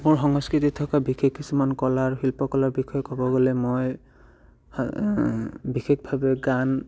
মোৰ সংস্কৃতিত থকা বিশেষ কিছুমান কলাৰ শিল্পকলাৰ বিষয়ে ক'ব গ'লে মই বিশেষভাৱে গান